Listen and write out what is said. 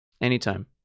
Anytime